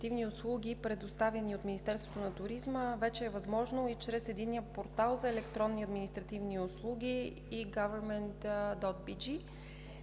предоставяни от Министерството на туризма, вече е възможно и чрез Единния портал за електронни административни услуги: EGOV.BG.